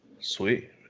sweet